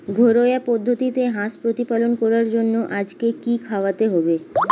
ঘরোয়া পদ্ধতিতে হাঁস প্রতিপালন করার জন্য আজকে কি খাওয়াতে হবে?